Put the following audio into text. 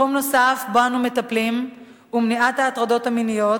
תחום נוסף שבו אנו מטפלים הוא מניעת הטרדות מיניות.